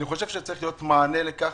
אני חושב שצריך להיות מענה לכך,